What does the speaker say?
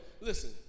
Listen